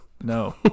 No